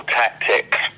tactics